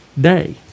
day